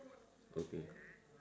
okay